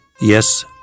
Yes